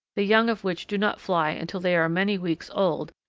the young of which do not fly until they are many weeks old,